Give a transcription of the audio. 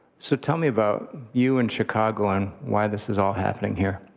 so tell me about you and chicago and why this is all happening here.